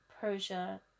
Persia